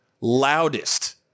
loudest